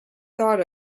thought